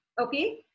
okay